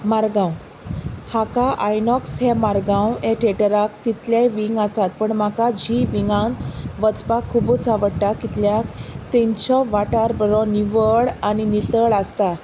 मारगांव हाका आयनॉक्स हे मारगांव हे थिएटराक तितलेय विंग आसात पण म्हाका जी विंगांत वचपाक खुबूच आवडटा कितल्याक थंयचो वाठार बरो निवळ आनी नितळ आसता